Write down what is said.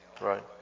Right